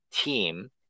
team